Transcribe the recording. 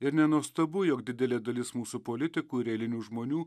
ir nenuostabu jog didelė dalis mūsų politikų ir eilinių žmonių